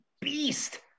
beast